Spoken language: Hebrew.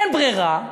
אין ברירה,